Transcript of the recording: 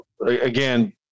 again